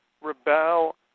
rebel